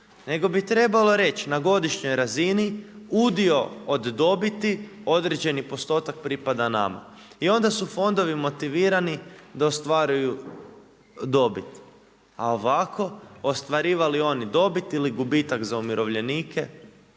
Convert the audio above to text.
Nego bi trebalo reći na godišnjoj razini, udio od dobiti određeni postotak pripada nama. I onda su fondovi motivirani da ostvaruju dobit. A ovako ostvarivali oni dobit ili gubitak za umirovljenike,